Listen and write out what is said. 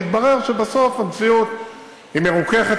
שיתברר שבסוף המציאות מרוככת.